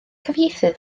cyfieithydd